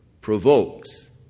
provokes